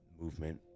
movement